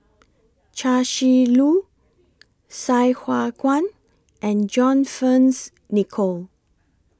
Chia Shi Lu Sai Hua Kuan and John Fearns Nicoll